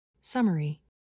Summary